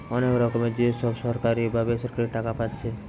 অনেক রকমের যে সব সরকারি বা বেসরকারি টাকা পাচ্ছে